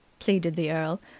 pleaded the earl.